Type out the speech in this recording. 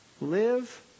live